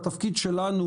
זה התפקיד שלנו,